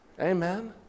Amen